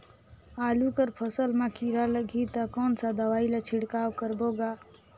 आलू कर फसल मा कीरा लगही ता कौन सा दवाई ला छिड़काव करबो गा?